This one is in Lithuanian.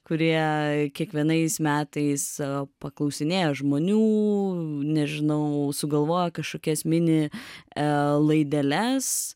kurie kiekvienais metais paklausinėja žmonių nežinau sugalvoja kažkokias mini laideles